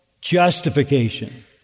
justification